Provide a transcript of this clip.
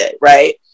right